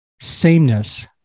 sameness